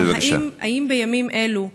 האם בימים אלו,